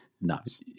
nuts